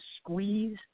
squeeze